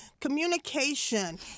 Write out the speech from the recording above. communication